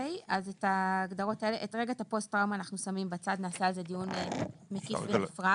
כרגע את הפוסט טראומה אנחנו שמים בצד ונקיים על זה דיון מקיף בנפרד.